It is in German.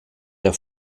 der